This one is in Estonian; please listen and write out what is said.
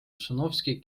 ossinovski